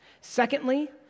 Secondly